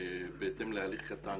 בהתאם להליך קטן,